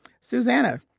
Susanna